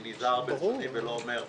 אני נזהר ולא אומר "שיקר".